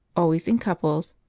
always in couples,